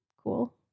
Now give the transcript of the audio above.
cool